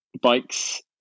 bikes